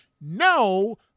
No